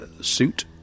suit